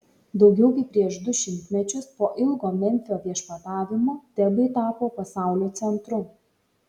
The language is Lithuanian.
daugiau kaip prieš du šimtmečius po ilgo memfio viešpatavimo tebai tapo pasaulio centru